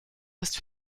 ist